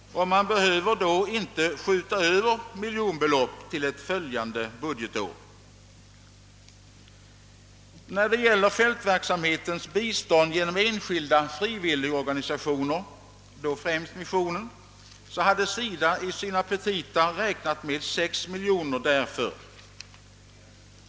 Man behöver enligt vårt förslag inte heller skjuta över miljonbelopp till ett följande budgetår. I fråga om fältverksamhetens anslagspost till bistånd genom enskilda frivilligorganisationer, främst missionen, hade SIDA i sina petita räknat med 6 miljoner.